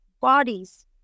bodies